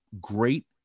great